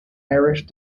irish